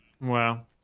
Wow